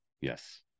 Yes